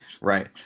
right